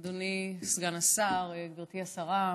אדוני סגן השר, גברתי השרה,